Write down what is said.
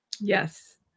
Yes